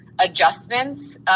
Adjustments